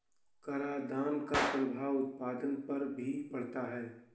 करादान का प्रभाव उत्पादन पर भी पड़ता है